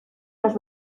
los